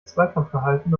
zweikampfverhalten